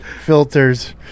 filters